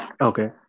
Okay